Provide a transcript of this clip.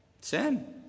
Sin